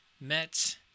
met